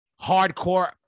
hardcore